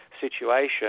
situation